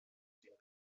den